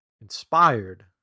inspired